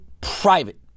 private